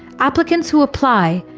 applicants who apply,